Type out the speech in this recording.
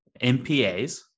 MPAs